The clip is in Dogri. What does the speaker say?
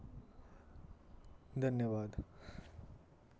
धन्यवाद